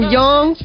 young